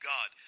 God